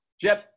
Jeff